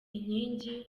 inkingi